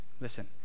listen